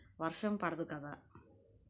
వర్షం పడదు కదా